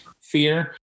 fear